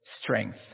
Strength